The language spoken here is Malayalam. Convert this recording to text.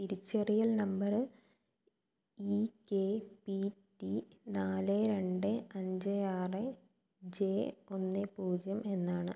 തിരിച്ചറിയൽ നമ്പര് ഇ കെ പി റ്റി നാല് രണ്ട് അഞ്ച് ആറ് ജെ ഒന്ന് പൂജ്യം എന്നാണ്